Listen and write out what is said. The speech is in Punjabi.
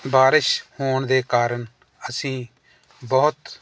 ਬਾਰਿਸ਼ ਹੋਣ ਦੇ ਕਾਰਨ ਅਸੀਂ ਬਹੁਤ